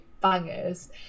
bangers